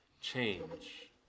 Change